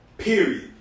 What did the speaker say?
Period